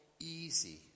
easy